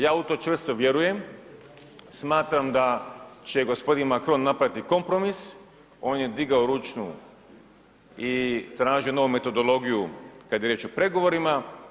Ja u to čvrsto vjerujem, smatram da će gospodin Macron napraviti kompromis, on je digao ručnu i tražio novu metodologiju kada je riječ o pregovorima.